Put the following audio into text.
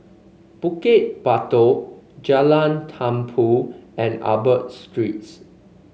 Bukit Batok Jalan Tumpu and Arab Streets